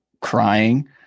crying